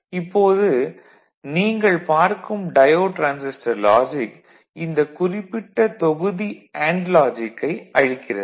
இப்போது நீங்கள் பார்க்கும் டயோடு டிரான்சிஸ்டர் லாஜிக் இந்த குறிப்பிட்ட தொகுதி அண்டு லாஜிக்கை அளிக்கிறது